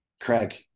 Craig